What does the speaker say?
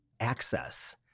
access